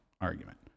argument